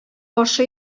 башы